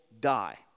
die